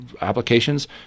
applications